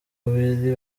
babiri